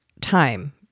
time